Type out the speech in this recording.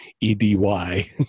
E-D-Y